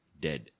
dead